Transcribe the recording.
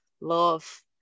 love